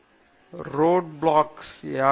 முக்கிய ரோடு பிளாக்ஸ்கள் யாவை